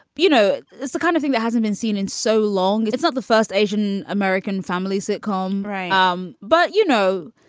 you know, it's the kind of thing that hasn't been seen in so long. it's not the first asian american family sitcom. right um but, you know,